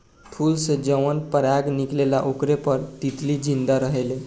फूल से जवन पराग निकलेला ओकरे पर तितली जिंदा रहेले